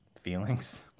feelings